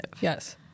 Yes